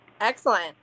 Excellent